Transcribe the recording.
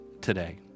today